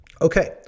Okay